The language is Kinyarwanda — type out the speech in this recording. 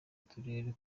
turere